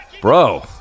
bro